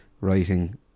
writing